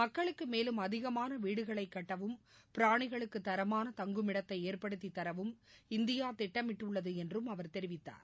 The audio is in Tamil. மக்களுக்குமேலும் அதிகமானவீடுகளைக் கட்டவும் பிராணிகளுக்குதரமான தங்கும் இடத்தைஏற்படுத்தித் தரவும் இந்தியாதிட்டமிட்டுள்ளதுஎன்றும் அவர் தெரிவித்தார்